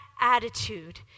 attitude